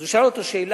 אז הוא שאל אותו שאלה: